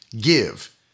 give